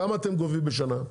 כמה אתם גובים בשנה?